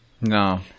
No